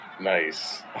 Nice